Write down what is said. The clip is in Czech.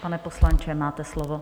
Pane poslanče, máte slovo.